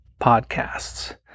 podcasts